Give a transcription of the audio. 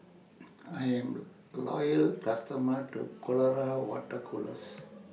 I Am A Loyal customer of Colora Water Colours